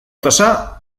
tasa